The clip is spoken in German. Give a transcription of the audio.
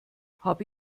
habe